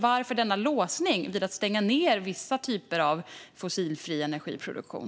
Varför denna låsning vid att stänga ned vissa typer av fossilfri energiproduktion?